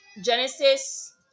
Genesis